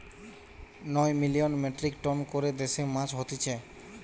নয় million metric ton করে দেশে মাছ হতিছে